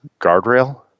guardrail